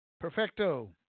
Perfecto